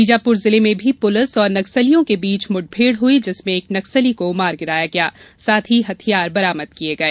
बीजापुर जिले में भी पुलिस और नक्सलियों के बीच मुठभेड़ हुई जिसमें एक नक्सली को मार गिराया गया साथ ही हथियार बरामद किये गये